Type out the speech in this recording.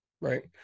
Right